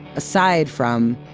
aside from,